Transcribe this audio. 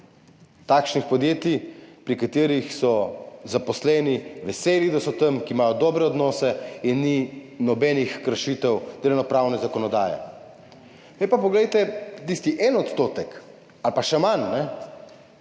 takšnih podjetij, pri katerih so zaposleni veseli, da so tam, ki imajo dobre odnose in ni nobenih kršitev delovnopravne zakonodaje. Tisti en odstotek ali pa še manj, ki